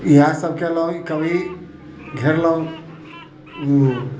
इहे सभ कयलहुँ कभी घेरलहुँ उ